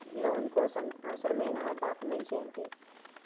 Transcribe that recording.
Loan కోసం అవసరమైన documents ఎంటి?